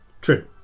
True